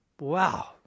wow